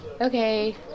Okay